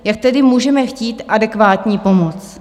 Jak tedy můžeme chtít adekvátní pomoc?